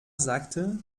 sagte